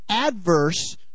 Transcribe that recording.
adverse